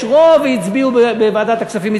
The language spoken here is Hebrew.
יש רוב והצביעו בוועדת הכספים.